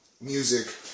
music